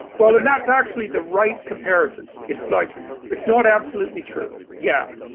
well, and that's actually the right comparison. it's like it's not absolutely true. yeah,